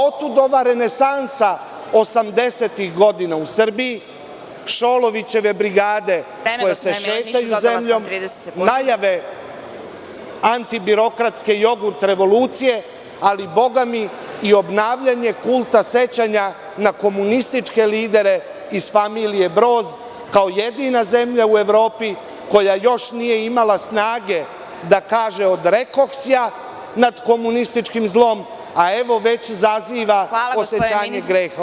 Otud ova renesansa 80-ih godina u Srbiji, Šolovićeve brigade koje se šetaju zemljom, maljave antibirokratske jogurt revolucije ali, boga mi, i obnavljanje kulta sećanja na komunističke lidere iz familije Broz kao jedina zemlja u Evropi koja još nije imala snage da kaže – odrekohsja nad komunističkim zlom, a evo već izaziva osećanje greha.